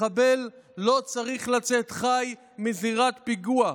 מחבל לא צריך לצאת חי מזירת פיגוע.